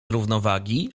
równowagi